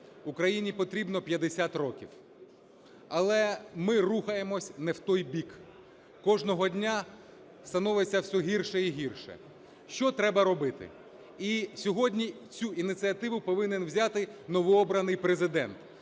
Україні потрібно 50 років. Але ми рухаємося не в той бік, кожного дня становиться все гірше і гірше. Що треба робити? І сьогодні цю ініціативу повинен взяти новообраний Президент,